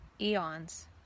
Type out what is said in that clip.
eons